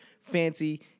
fancy